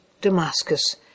Damascus